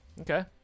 okay